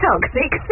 Toxic